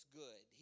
good